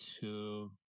two